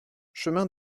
chemin